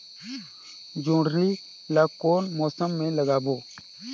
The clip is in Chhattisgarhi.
जोणी ला कोन मौसम मा लगाबो?